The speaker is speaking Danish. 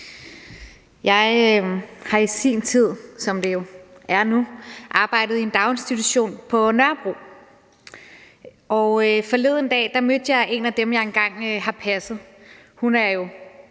Jeg har i sin tid arbejdet i en daginstitution på Nørrebro, og forleden dag mødte jeg en af dem, jeg engang har passet. Hun er –